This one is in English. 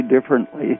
differently